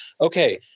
okay